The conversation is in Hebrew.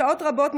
שעות רבות,